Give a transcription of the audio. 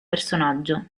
personaggio